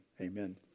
Amen